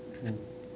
mm